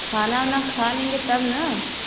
खाना आना खा लेंगे तब ना